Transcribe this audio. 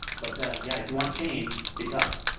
but, yeah, if you want change, speak up.